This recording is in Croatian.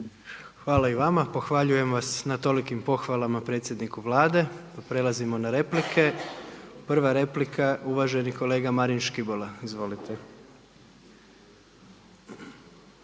Hvala i vama. Pohvaljujem vas na tolikim pohvalama predsjedniku Vlade. Prelazimo na replike. Prva replika uvaženi kolega Marin Škibola. Izvolite.